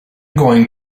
going